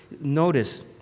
notice